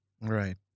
Right